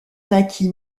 naquit